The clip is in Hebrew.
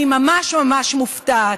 אני ממש ממש מופתעת.